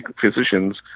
physicians